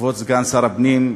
כבוד סגן שר הפנים,